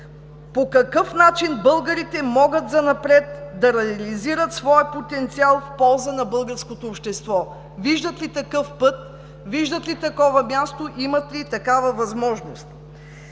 по какъв начин българите могат занапред да реализират своя потенциал в полза на българското общество – виждат ли такъв път, виждат ли такова място, имат ли такава възможност?